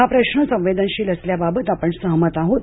हा प्रश्न संवेदनशील असल्याबाबत आपण सहमत आहोत